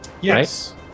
yes